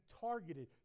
targeted